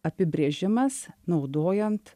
apibrėžimas naudojant